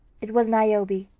it was niobe,